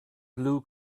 blue